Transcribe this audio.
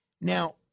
now